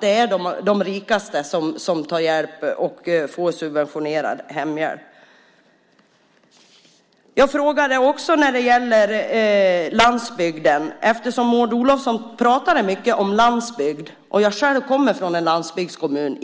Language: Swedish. Det är de rikaste som tar hjälp och får subventionerad hemhjälp. Jag frågade också om landsbygden, eftersom Maud Olofsson pratade mycket om landsbygd i valet och jag själv kommer från en landsbygdskommun.